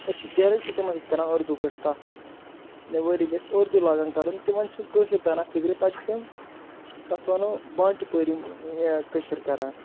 أسۍ چھِ ڈیریکٹ تِمن سۭتۍ کَران اردوٗ پٲٹھۍ کَتھ ؤری گَژھِ اوردوٗ لاگان کَرُن تِمن چھُنہٕ کٲشر تَران فِکرِ پتہٕ چھِ تِم تَتھ وَنوٚ بانٛٹہٕ پٲرِم کٲشر کَران